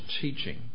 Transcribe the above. teaching